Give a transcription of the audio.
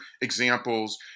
examples